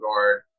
Guard